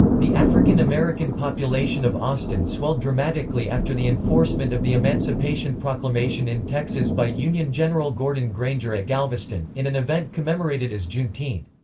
the african american population of austin swelled dramatically after the enforcement of the emancipation proclamation in texas by union general gordon granger at galveston, in an event commemorated as juneteenth.